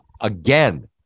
again